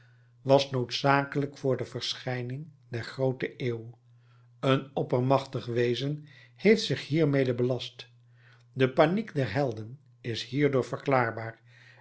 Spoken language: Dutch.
was noodzakelijk voor de verschijning der groote eeuw een oppermachtig wezen heeft zich hiermede belast de paniek der helden is hierdoor